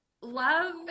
love